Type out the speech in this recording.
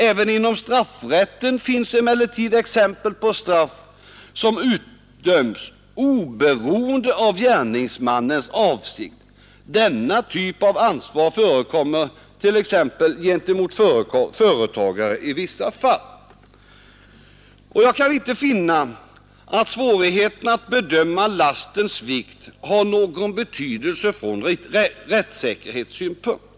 Även inom straffrätten finns emellertid exempel på straff som utdöms oberoende av gärningsmannens avsikt. Denna typ av ansvar förekommer t.ex. i vissa fall gentemot företagare. Jag kan inte finna att svårigheten att bedöma lastens vikt har någon betydelse från rättssäkerhetssynpunkt.